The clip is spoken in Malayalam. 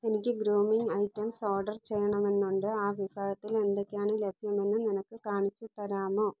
എനിക്ക് ഗ്രൂമിംഗ് ഐറ്റംസ് ഓർഡർ ചെയ്യണമെന്നുണ്ട് ആ വിഭാഗത്തിൽ എന്തൊക്കെയാണ് ലഭ്യമെന്ന് നിനക്ക് കാണിച്ചു തരാമോ